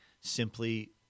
simply